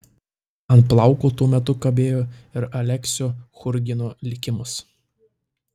ant plauko tuo metu kabėjo ir aleksio churgino likimas